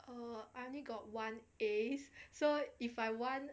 err I only got one A so if I want